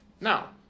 Now